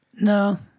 No